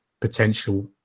potential